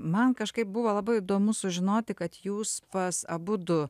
man kažkaip buvo labai įdomu sužinoti kad jūs pas abudu